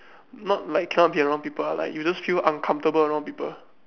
not like cannot be around people lah like you just feel uncomfortable around people ah